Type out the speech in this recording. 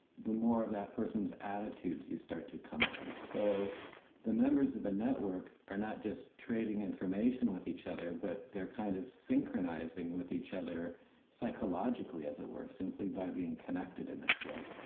the more that person's attitudes you start to come on. so the members of the network are not just trading information with each other, but they're kind of synchronising with each other psychologically, as it were, simply by being connected in this way.